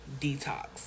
detox